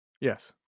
Yes